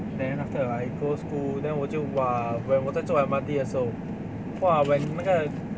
then after like go school then 我就 !wah! when 我在坐 M_R_T 的时候 !wah! when 那个